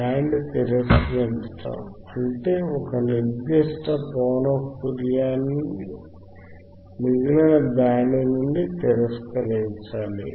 band తిరస్కరించటం అంటే ఒక నిర్దిష్ట పౌనఃపున్యాన్ని మిగిలిన బ్యాండ్ నుండి తిరస్కరించాలి